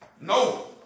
No